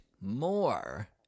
more